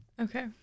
Okay